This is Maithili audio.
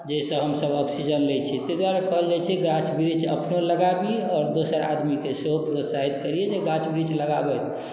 जाहिसँ हमसब ऑक्सिजन लै छियै ताहि दुआरे कहल जाइ छै गाछ वृक्ष अपनो लागाबी आओर दोसर आदमी के सेहो प्रोत्साहित करी जे गाछ वृक्ष लगाबै